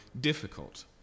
difficult